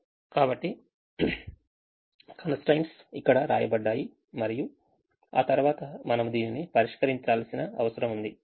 కాబట్టి constraints ఇక్కడ వ్రాయబడ్డాయి మరియు ఆ తరువాత మనము దీనిని పరిష్కరించాల్సిన అవసరం ఉంది